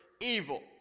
evil